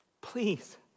please